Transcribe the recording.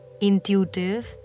intuitive